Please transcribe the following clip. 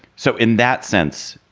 so in that sense,